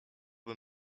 bym